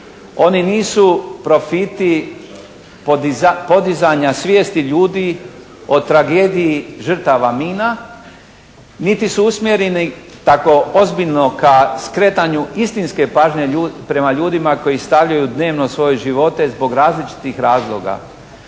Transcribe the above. oni nisu profiti podizanja svijesti ljudi o tragediji žrtava mina, niti su usmjereno tako ozbiljno ka skretanju istinske pažnje prema ljudima koji stavljaju dnevno svoje živote zbog različitih razloga,